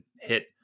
hit